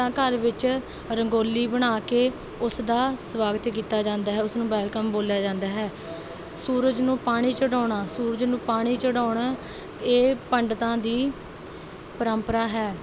ਤਾਂ ਘਰ ਵਿੱਚ ਰੰਗੋਲੀ ਬਣਾ ਕੇ ਉਸ ਦਾ ਸਵਾਗਤ ਕੀਤਾ ਜਾਂਦਾ ਹੈ ਉਸ ਨੂੰ ਵੈੱਲਕਮ ਬੋਲਿਆ ਜਾਂਦਾ ਹੈ ਸੂਰਜ ਨੂੰ ਪਾਣੀ ਚੜ੍ਹਾਉਣਾ ਸੂਰਜ ਨੂੰ ਪਾਣੀ ਚੜ੍ਹਾਉਣਾ ਇਹ ਪੰਡਤਾਂ ਦੀ ਪਰੰਪਰਾ ਹੈ